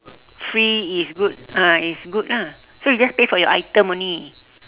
free is good ah is good ah so you just pay for your item only